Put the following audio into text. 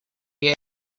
and